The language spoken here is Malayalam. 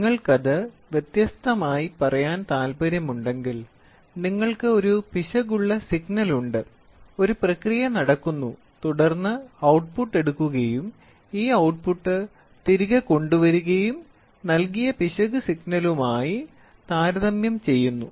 നിങ്ങൾക്കത് വ്യത്യസ്തമായി പറയാൻ താൽപ്പര്യമുണ്ടെങ്കിൽ നിങ്ങൾക്ക് ഒരു പിശക് സിഗ്നൽ ഉണ്ട് ഒരു പ്രക്രിയ നടക്കുന്നു തുടർന്ന് ഔട്ട്പുട്ട് എടുക്കുകയും ഈ ഔട്ട്പുട്ട് തിരികെ കൊണ്ടുവരികയും നൽകിയ പിശക് സിഗ്നലുമായി താരതമ്യം ചെയ്യുന്നു